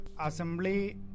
assembly